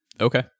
okay